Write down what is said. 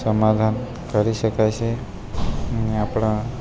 સમાધાન કરી શકાય છે ને આપણા